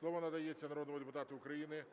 Слово надається народному депутату України